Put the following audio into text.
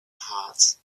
hearts